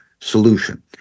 solution